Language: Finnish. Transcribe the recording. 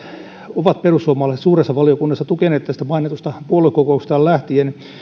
ovat perussuomalaiset suuressa valiokunnassa tukeneet tästä mainitusta puoluekokouksestaan lähtien